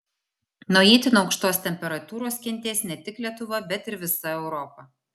nuo itin aukštos temperatūros kentės ne tik lietuva bet ir visa europa